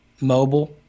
mobile